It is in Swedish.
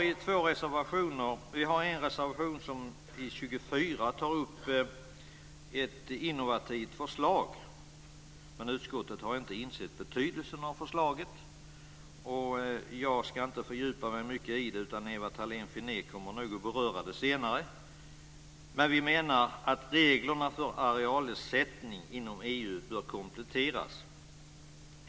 I reservation 24 tar vi upp ett innovativt förslag, men utskottet har inte insett betydelsen av det. Jag ska inte fördjupa mig så mycket i det, eftersom Ewa Thalén Finné troligen kommer att beröra det senare, men vi menar att reglerna för arealersättning inom EU bör kompletteras.